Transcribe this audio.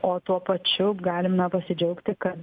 o tuo pačiu galime pasidžiaugti kad